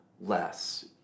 less